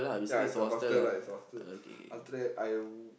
ya it's a hostel lah it's a hostel after that I